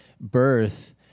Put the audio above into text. birth